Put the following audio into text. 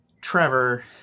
Trevor